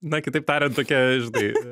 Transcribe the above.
na kitaip tariant tokia žinai